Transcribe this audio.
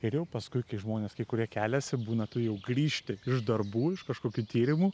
ir jau paskui kai žmonės kai kurie keliasi būna tu jau grįžti iš darbų iš kažkokių tyrimų